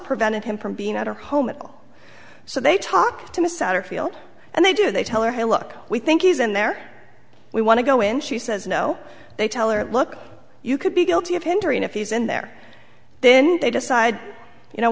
prevented him from being at her home at all so they talk to miss out or feel and they do they tell her hey look we think he's in there we want to go in she says no they tell her look you could be guilty of hindering if he's in there then they decide you know